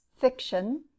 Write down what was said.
fiction